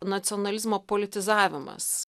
nacionalizmo politizavimas